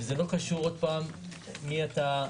וזה לא קשור לשאלה מי אתה,